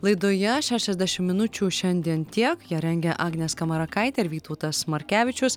laidoje šešiasdešim minučių šiandien tiek ją rengė agnė skamarakaitė ir vytautas markevičius